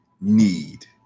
need